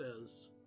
says